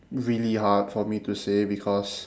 really hard for me to say because